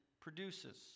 produces